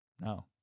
No